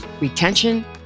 retention